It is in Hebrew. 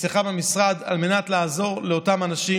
אצלך במשרד על מנת לעזור לאותם אנשים,